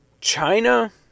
China